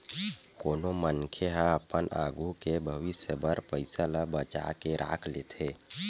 कोनो मनखे ह अपन आघू के भविस्य बर पइसा ल बचा के राख लेथे